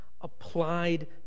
applied